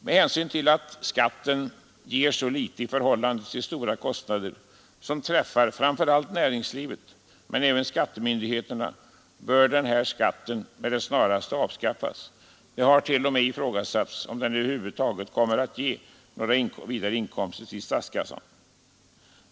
Med hänsyn till att skatten ger så litet i förhållande till de stora kostnader som träffar framför allt näringslivet men även skattemyndigheterna bör den här skatten med det snaraste avskaffas. Det hart.o.m. ifrågasatts om den över huvud taget kommer att ge några vidare inkomster till statskassan.